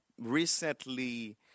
Recently